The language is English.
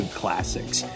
classics